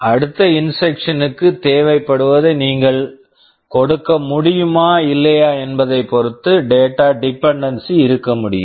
அடுத்த instruction instruction க்கு தேவைப்படுவதை நீங்கள் கொடுக்க முடியுமா இல்லையா என்பதை பொறுத்து டேட்டா டிபென்டென்சி data dependency இருக்க முடியும்